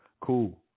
cool